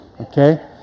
Okay